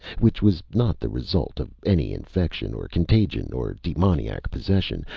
which was not the result of any infection or contagion or demoniac possession,